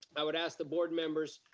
i would ask the board members,